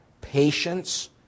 patience